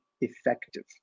effective